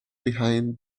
behind